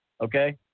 Okay